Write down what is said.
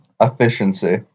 efficiency